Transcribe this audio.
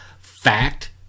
fact